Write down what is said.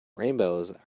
rainbows